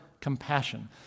Compassion